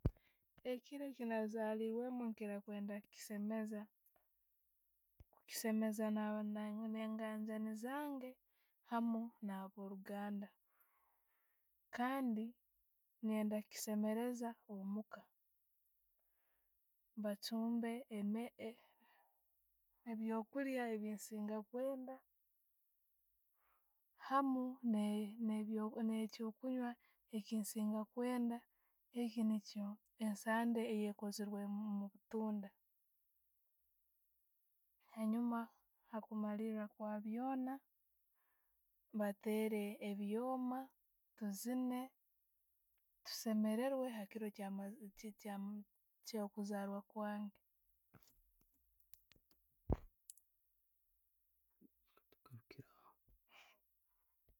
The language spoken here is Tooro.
Ekiro kyenazalibwemu nkiiira munno kisemeeza, nchiseemeeza na'aba ngajaani bange hamu na'abo ruganda kandi nyenda kisemereza omuka. Bachumbe eme- e- ebyokulya ebyesiinga kwenda hamu ne- ne- ne'kyonkunywa ekyensiinga kwenda, ekyo niikyo esande eyokozerwe omubutunda. Hanjuma hakumaliira kwa byoona, bateere ebyooma, tuziine, tusemererwe hakiro ekyama kyama ekiro ekyo kuzaalwa kwange.